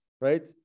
right